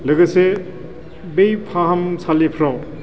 लोगोसे बै फाहामसालिफ्राव